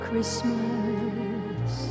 Christmas